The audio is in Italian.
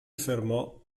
fermò